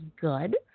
good